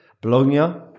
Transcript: Bologna